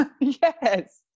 yes